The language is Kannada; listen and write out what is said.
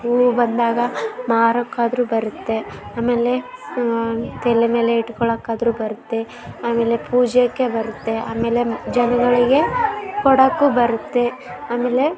ಹೂವು ಬಂದಾಗ ಮಾರೋಕ್ಕಾದ್ರು ಬರುತ್ತೆ ಆಮೇಲೆ ತಲೆಮೇಲೆ ಇಟ್ಕೊಳಕ್ಕಾದರೂ ಬರುತ್ತೆ ಆಮೇಲೆ ಪೂಜೇಗೆ ಬರುತ್ತೆ ಆಮೇಲೆ ಜನಗಳಿಗೆ ಕೊಡೋಕ್ಕು ಬರುತ್ತೆ ಆಮೇಲೆ